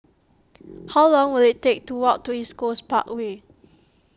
how long will it take to walk to East Coast Parkway